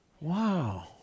Wow